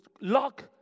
lock